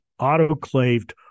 autoclaved